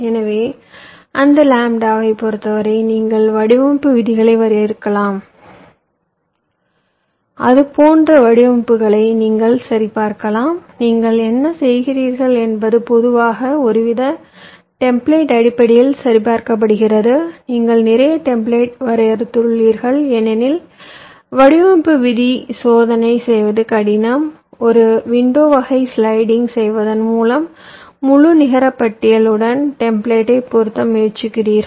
எனவே அந்த லாம்ப்டாவைப் பொறுத்தவரை நீங்கள் வடிவமைப்பு விதிகளை வரையறுக்கலாம் அதுபோன்ற வடிவமைப்புகளை சரி பார்க்கலாம் நீங்கள் என்ன செய்கிறீர்கள் என்பது பொதுவாக ஒருவித டெம்பிளேட் அடிப்படையில் சரி பார்க்கப்படுகிறது நீங்கள் நிறைய டெம்பிளேட் வரையறுத்துள்ளீர்கள் ஏனெனில் வடிவமைப்பு விதி சோதனை செய்வது கடினம் ஒரு விண்டோ வகையை ஸ்லைடிங் செய்வதன் மூலம் முழு நிகரபட்டியல் உடன் டெம்ப்ளேட்டை பொருத்த முயற்சிக்கிறீர்கள்